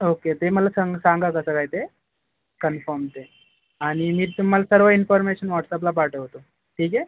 okay ते मला सांग सांगा कसं काय ते कन्फर्म ते आणि मी तुम्हाला सर्व इन्फर्मेशन व्हॉट्सअॅपला पाठवतो ठीक आहे